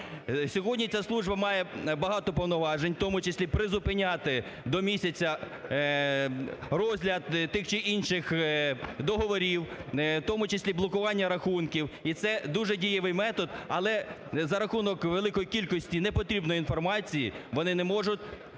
Сьогодні ця служба має багато повноважень, в тому числі призупиняти до місяця розгляд тих чи інших договорів, в тому числі блокування рахунків і це дуже дієвий метод, але за рахунок великої кількості непотрібної інформації вони не можуть